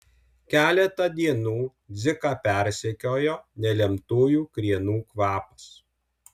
keletą dienų dziką persekiojo nelemtųjų krienų kvapas